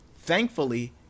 thankfully